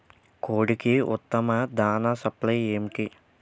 కోడికి ఉత్తమ దాణ సప్లై ఏమిటి?